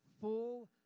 full